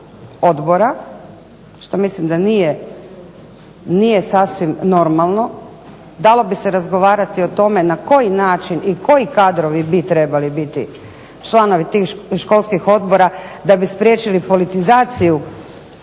odbora što mislim da nije sasvim normalno. Dalo bi se razgovarati o tome na koji način i koji kadrovi bi trebali biti članovi tih školskih odbora da bi spriječili politizaciju